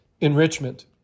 enrichment